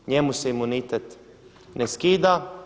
Njemu se imunitet ne skida.